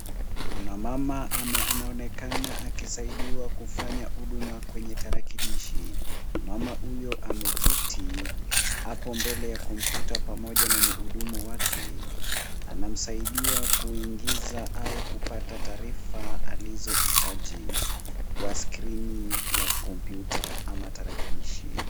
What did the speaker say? Kuna mama anaonekana akisaidiwa kufanya huduma kwenye tarakilishi. Mama huyo ameketi hapo mbele ya kompyuta pamoja na muhudumu wake. Anamsaidia kuingiza au kupata taarifa alizohitaji kwa skrini ya kompyuta ama tarakilishi.